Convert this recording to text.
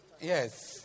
Yes